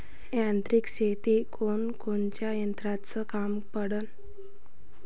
यांत्रिक शेतीत कोनकोनच्या यंत्राचं काम पडन?